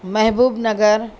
Mehboob Nagar